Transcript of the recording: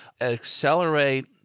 accelerate